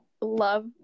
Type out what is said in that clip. love